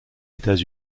états